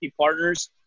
partners